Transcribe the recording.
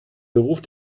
beruf